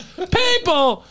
People